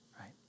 right